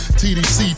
tdc